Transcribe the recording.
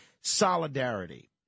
solidarity